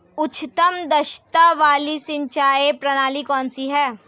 उच्चतम दक्षता वाली सिंचाई प्रणाली कौन सी है?